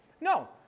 No